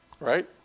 Right